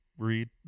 read